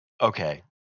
okay